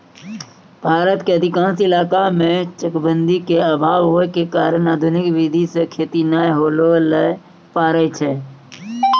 भारत के अधिकांश इलाका मॅ चकबंदी के अभाव होय के कारण आधुनिक विधी सॅ खेती नाय होय ल पारै छै